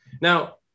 Now